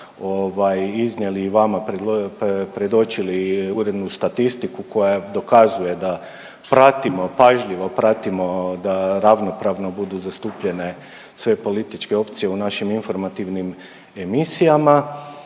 iznijeli i vama predočili urednu statistiku koja dokazuje da pratimo pažljivo pratimo da ravnopravno budu zastupljene sve političke opcije u našim informativnim emisijama,